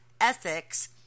ethics